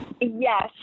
Yes